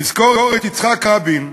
נזכור את יצחק רבין,